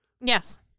Yes